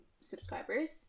subscribers